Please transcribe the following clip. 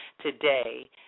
today